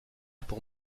pour